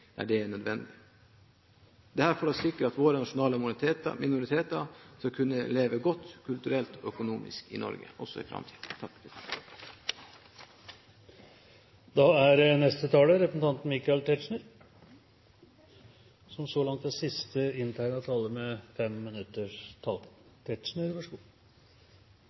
der det er nødvendig – dette for å sikre at våre nasjonale minoriteter skal kunne leve godt, kulturelt og økonomisk, i Norge også i framtiden. Også jeg vil begynne med å takke interpellanten for å ha satt høyere på dagsordenen ikke bare ett, men flere interessante spørsmål. Hvis jeg så